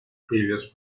previous